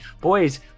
boys